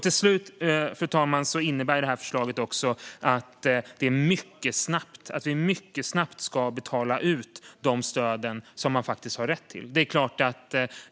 Till slut, fru talman, innebär detta förslag också att vi mycket snabbt ska betala ut de stöd som man faktiskt har rätt till.